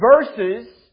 verses